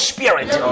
Spirit